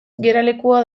geralekua